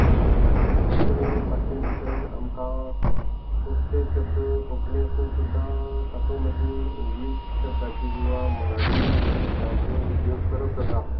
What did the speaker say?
कोंकणी भाशे भितर आमकां खुबशे शब्द कोंकणी आसून सुद्दां तातूंत मदीं इंग्लीश शब्दांचे किंवा मराठी शब्दांचो उपयोग करप जाता